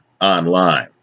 online